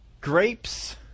Grapes